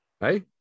hey